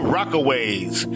Rockaways